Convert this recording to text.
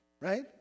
right